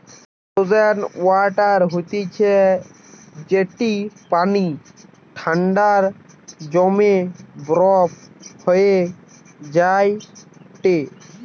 frozen water হতিছে যেটি পানি ঠান্ডায় জমে বরফ হয়ে যায়টে